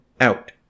out